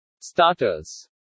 Starters